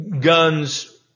guns